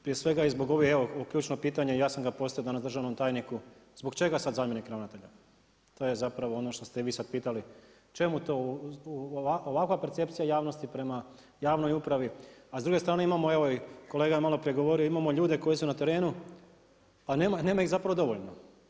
Prije svega i zbog evo ključnog pitanja, ja sam ga postavio danas državnog tajniku, zbog čega sada zamjenik ravnatelja, to je zapravo ono što se i vi sad pitali, čemu to, ovakva percepcija javnosti prema javnoj upravi a s druge strane imamo i evo i kolega je maloprije govorio, imamo ljude koji su na terenu a nema ih zapravo dovoljno.